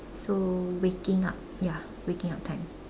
so waking up ya waking up time